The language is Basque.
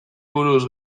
buruz